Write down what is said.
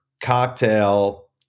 cocktail